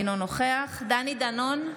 אינו נוכח אלי דלל, בעד דני דנון,